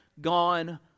gone